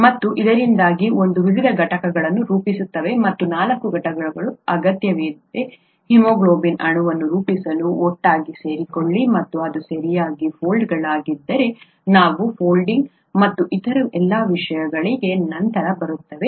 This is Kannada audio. ಮತ್ತು ಇದರಿಂದಾಗಿ ಇದು ವಿವಿಧ ಘಟಕಗಳನ್ನು ರೂಪಿಸುತ್ತದೆ ಮತ್ತು ನಾಲ್ಕು ಘಟಕಗಳು ಅಗತ್ಯವಿದೆ ಹಿಮೋಗ್ಲೋಬಿನ್ ಅಣುವನ್ನು ರೂಪಿಸಲು ಒಟ್ಟಿಗೆ ಸೇರಿಕೊಳ್ಳಿ ಮತ್ತು ಅದು ಸರಿಯಾಗಿ ಫೋಲ್ಡ್ಗಳಾಗಿದ್ದರೆ ನಾವು ಈ ಫೋಲ್ಡಿಂಗ್ ಮತ್ತು ಇತರ ಎಲ್ಲಾ ವಿಷಯಗಳಿಗೆ ನಂತರ ಬರುತ್ತೇವೆ